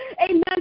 amen